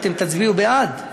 אתם תצביעו בעד?